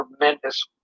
tremendous